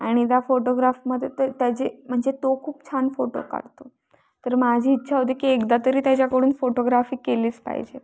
आणि त्या फोटोग्राफमध्ये ते त्याचे म्हणजे तो खूप छान फोटो काढतो तर माझी इच्छा होती की एकदा तरी त्याच्याकडून फोटोग्राफी केलीच पाहिजे